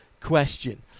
question